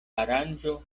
aranĝo